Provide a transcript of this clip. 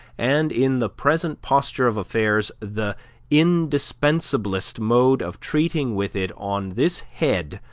and, in the present posture of affairs, the indispensablest mode of treating with it on this head,